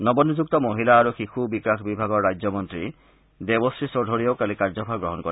নৱনিযুক্ত মহিলা আৰু শিশু বিকাশ বিভাগৰ ৰাজ্য মন্ত্ৰী দেৱশ্ৰী চৌধুৰীয়েও কালি কাৰ্যভাৰ গ্ৰহণ কৰে